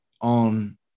on